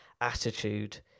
attitude